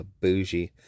bougie